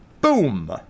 Boom